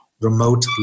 remote